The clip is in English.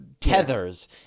tethers